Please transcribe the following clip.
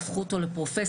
תהפכו אותו לפרופסיה,